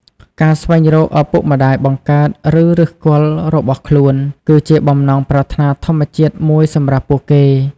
ការស្វែងរកឪពុកម្ដាយបង្កើត ឬឫសគល់របស់ខ្លួន គឺជាបំណងប្រាថ្នាធម្មជាតិមួយសម្រាប់ពួកគេ។